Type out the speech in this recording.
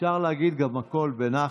אפשר להגיד גם הכול בנחת,